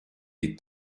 des